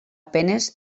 penes